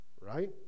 right